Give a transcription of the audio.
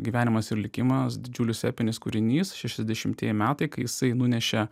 gyvenimas ir likimas didžiulis epinis kūrinys šešiasdešimtieji metai kai jisai nunešė